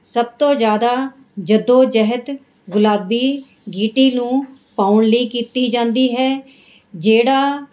ਸਭ ਤੋਂ ਜ਼ਿਆਦਾ ਜੱਦੋ ਜਹਿਦ ਗੁਲਾਬੀ ਗੀਟੀ ਨੂੰ ਪਾਉਣ ਲਈ ਕੀਤੀ ਜਾਂਦੀ ਹੈ ਜਿਹੜਾ